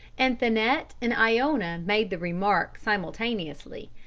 and thanet and iona made the remark simultaneously.